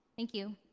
thank you.